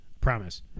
promise